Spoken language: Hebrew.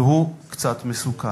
והוא קצת מסוכן: